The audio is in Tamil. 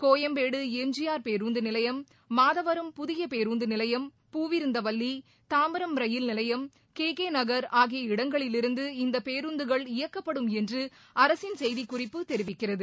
கோயம்பேடு எம் ஜி ஆர் பேருந்து நிலையம் மாதவரம் புதிய பேருந்து நிலையம் பூவிருந்தவல்லி தாம்பரம் ரயில் நிலையம் கே கே நகர் ஆகிய இடங்களிலிருந்து இந்த பேருந்துகள் இயக்கப்படும் என்று அரசின் செய்திக்குறிப்பு தெரிவிக்கிறது